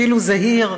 אפילו זהיר,